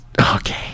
Okay